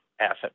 asset